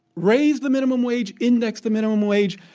raise the minimum wage, index the minimum wage.